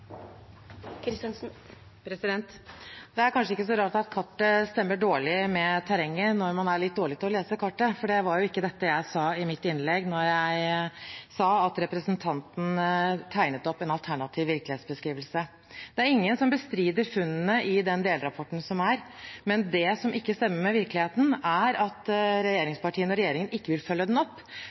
norsk skole. Det er kanskje ikke så rart at kartet stemmer dårlig med terrenget når man er litt dårlig til å lese kartet, for det var ikke dette jeg sa i mitt innlegg da jeg sa at representanten tegnet opp en alternativ virkelighetsbeskrivelse. Det er ingen som bestrider funnene i den delrapporten som foreligger, men det som ikke stemmer med virkeligheten, er at regjeringspartiene og regjeringen ikke vil følge den opp,